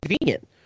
convenient